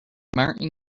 martin